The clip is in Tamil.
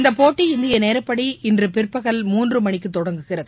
இந்தப் போட்டி இந்திய நேரப்படி இன்று பிற்பகல் மூன்று மணிக்குத் தொடங்கும்